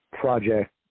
project